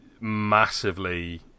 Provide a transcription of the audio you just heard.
massively